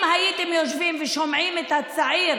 אם הייתם יושבים ושומעים את הצעיר